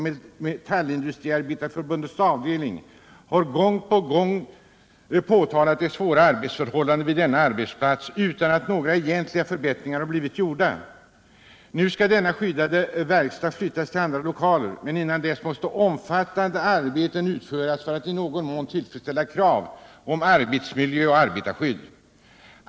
Metallindustriarbetareförbundets avdelning Skyddat arbete och har gång på gång påtalat de svåra arbetsförhållandena vid denna arbets — yrkesinriktad plats utan att några egentliga förbättringar har gjorts. Nu skall denna rehabilitering skyddade verkstad flyttas till andra lokaler, men dessförinnan måste om = m.m. fattande arbeten utföras för att i någon mån tillfredsställa kraven på arbetsmiljö och arbetarskydd.